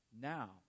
Now